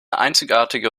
einzigartige